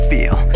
Feel